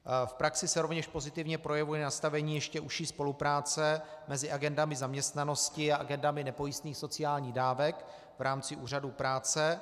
V praxi se rovněž pozitivně projevuje nastavení ještě užší spolupráce mezi agendami zaměstnanosti a agendami nepojistných sociálních dávek v rámci Úřadu práce.